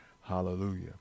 Hallelujah